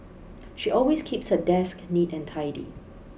she always keeps her desk neat and tidy